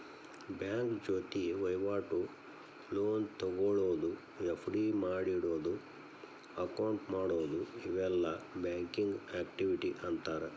bank ಜೊತಿ ವಹಿವಾಟು, loan ತೊಗೊಳೋದು, ಎಫ್.ಡಿ ಮಾಡಿಡೊದು, ಅಕೌಂಟ್ ಮಾಡೊದು ಇವೆಲ್ಲಾ ಬ್ಯಾಂಕಿಂಗ್ ಆಕ್ಟಿವಿಟಿ ಅಂತಾರ